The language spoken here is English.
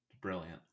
brilliant